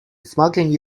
smuggling